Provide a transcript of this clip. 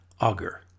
Auger